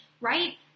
right